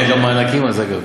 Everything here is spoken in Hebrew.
היו גם מענקים אז, אגב.